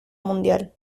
mundial